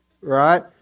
Right